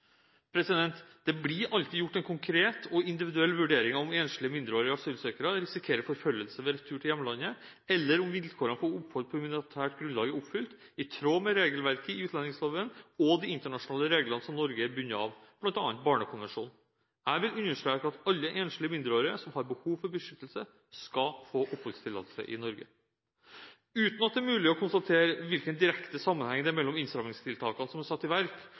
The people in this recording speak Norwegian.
retur. Det blir alltid gjort en konkret og individuell vurdering av om enslige mindreårige asylsøkere risikerer forfølgelse ved retur til hjemlandet, eller om vilkårene for opphold på humanitært grunnlag er oppfylt, i tråd med regelverket i utlendingsloven og de internasjonale reglene som Norge er bundet av, bl.a. Barnekonvensjonen. Jeg vil understreke at alle enslige mindreårige som har behov for beskyttelse, skal få oppholdstillatelse i Norge. Uten at det er mulig å konstatere hvilken direkte sammenheng det er mellom innstrammingstiltakene som er satt i verk